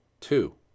Two